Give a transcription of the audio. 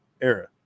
era